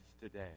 today